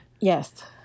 yes